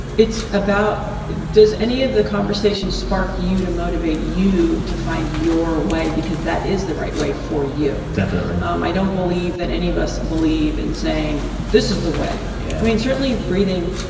it's about does any of the conversation spark you to motivate you to find your way because that is the right way for you. um i don't believe that any of us believe in saying this is the way. yeah i mean, certainly breathing,